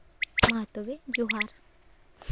ᱢᱟ ᱛᱚᱵᱮ ᱡᱚᱦᱟᱨ